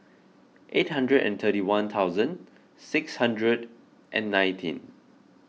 eight hundred and thirty one thousand six hundred and nineteen